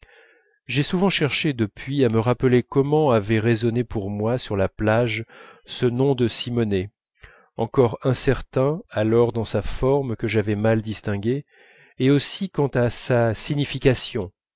j'ai souvent cherché depuis à me rappeler comment avait résonné pour moi sur la plage ce nom de simonet encore incertain alors dans sa forme que j'avais mal distinguée et aussi quant à sa signification